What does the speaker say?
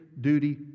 duty